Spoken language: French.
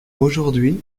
aujourd’hui